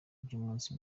ry’umunsi